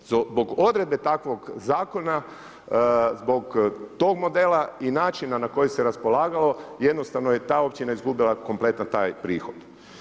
Zbog odredbe takvog zakona, zbog tog modela i načina na koji se raspolagalo, jednostavno je ta općina izgubila kompletan taj prihod.